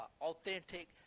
authentic